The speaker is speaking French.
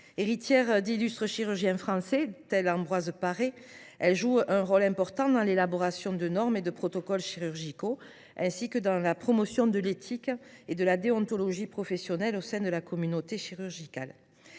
Héritière d’illustres chirurgiens français, tel Ambroise Paré, elle joue un rôle important dans l’élaboration de normes et de protocoles chirurgicaux, ainsi que dans la promotion de l’éthique et de la déontologie professionnelle au sein de la communauté chirurgicale.